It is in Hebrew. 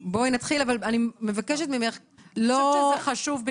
אני חושבת שזה חשוב,